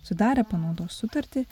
sudarę panaudos sutartį